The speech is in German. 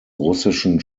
russischen